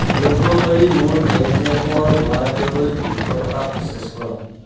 অনুগ্ৰহ কৰি মোৰ পে' জেপৰ ৱালেটলৈ তিনিশ টকা প্ৰ'চেছ কৰক